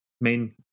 main